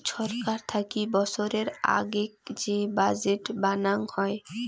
ছরকার থাকি বৎসরের আগেক যে বাজেট বানাং হই